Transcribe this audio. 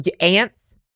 Ants